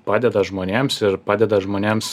padeda žmonėms ir padeda žmonėms